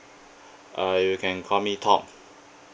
uh you can call me tom